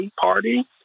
party